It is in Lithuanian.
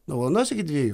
nuo valandos iki dviejų